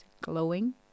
glowing